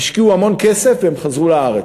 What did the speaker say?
הם השקיעו המון כסף והם חזרו לארץ.